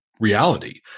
reality